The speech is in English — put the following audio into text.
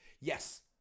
Yes